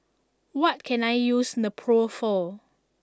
what can I use Nepro for